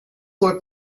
were